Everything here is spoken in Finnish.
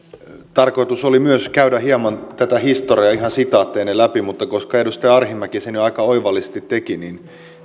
tarkoitus oli myös käydä hieman tätä historiaa ihan sitaatteineen läpi mutta koska edustaja arhinmäki sen jo aika oivallisesti teki niin